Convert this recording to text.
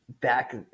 back